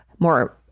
more